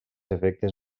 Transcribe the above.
efectes